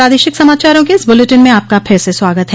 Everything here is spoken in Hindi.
प्रादेशिक समाचारों के इस बुलेटिन में आपका फिर से स्वागत है